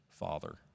Father